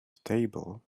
table